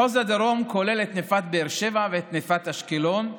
מחוז הדרום כולל את נפת באר שבע ואת נפת אשקלון.